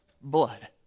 blood